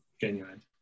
genuine